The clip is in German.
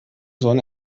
sonne